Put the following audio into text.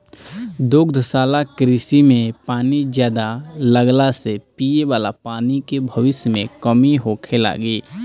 दुग्धशाला कृषि में पानी ज्यादा लगला से पिये वाला पानी के भविष्य में कमी होखे लागि